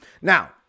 Now